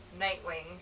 Nightwing